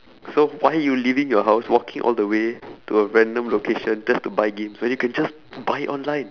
so why you leaving your house walking all the way to a random location just to buy games when you can just buy it online